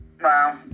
Wow